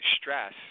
stress